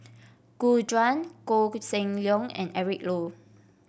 Gu Juan Koh Seng Leong and Eric Low